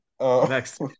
Next